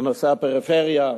בנושא הפריפריה,